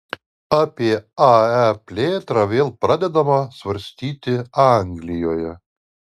apie ae plėtrą vėl pradedama svarstyti anglijoje